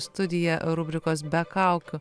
studiją rubrikos be kaukių